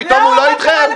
פתאום הם לא אתכם?